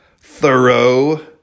thorough